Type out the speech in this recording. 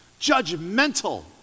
judgmental